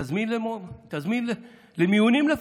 תזמין למו"פ, תזמין למיונים לפחות,